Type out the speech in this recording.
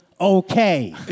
okay